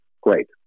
Great